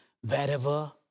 wherever